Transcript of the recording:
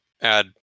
add